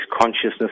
consciousness